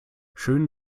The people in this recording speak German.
schön